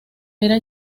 era